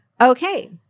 Okay